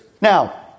Now